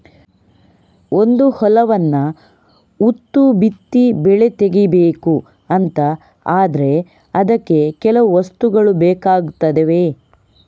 ಒಂದು ಹೊಲವನ್ನ ಉತ್ತು ಬಿತ್ತಿ ಬೆಳೆ ತೆಗೀಬೇಕು ಅಂತ ಆದ್ರೆ ಅದಕ್ಕೆ ಕೆಲವು ವಸ್ತುಗಳು ಬೇಕಾಗ್ತವೆ